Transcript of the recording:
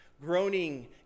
groaning